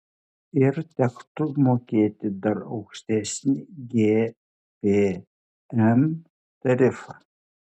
ir tektų mokėti dar aukštesnį gpm tarifą